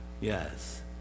Yes